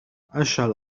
أشعل